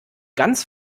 ganz